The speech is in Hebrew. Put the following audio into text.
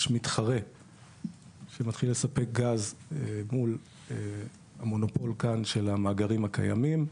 מתחרה שמתחיל לספק גז מול המונופול כאן של המאגרים הקיימים.